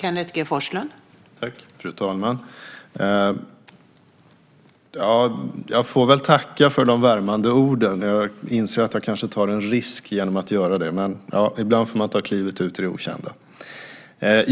Fru talman! Jag får väl tacka för de värmande orden. Jag inser att jag kanske tar en risk genom att göra det, men ibland får man ta klivet ut i det okända.